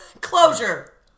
Closure